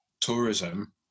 tourism